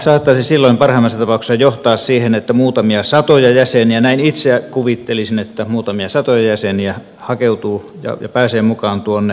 se saattaisi silloin parhaimmassa tapauksessa johtaa siihen että muutamia satoja jäseniä näin itse kuvittelisin että muutamia satoja jäseniä hakeutuu ja pääsee mukaan tuonne